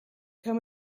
come